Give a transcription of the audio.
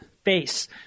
Face